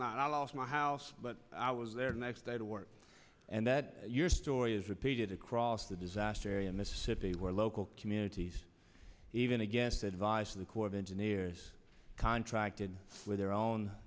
not i lost my house but i was there next day to work and that your story is repeated across the disaster area mississippi where local communities even against advice of the corps of engineers contracted with their own